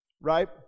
Right